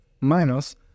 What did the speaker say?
minus